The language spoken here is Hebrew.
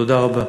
תודה רבה.